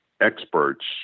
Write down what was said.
experts